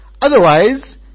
otherwise